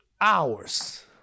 hours